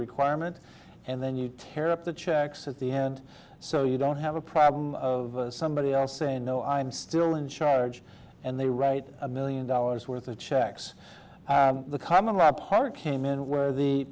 requirement and then you tear up the checks at the end so you don't have a problem of somebody else saying no i'm still in charge and they write a million dollars worth of checks the common law part came in